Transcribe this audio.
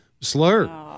slur